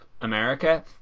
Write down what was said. america